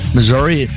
Missouri